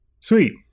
sweet